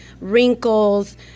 wrinkles